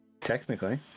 Technically